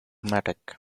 matic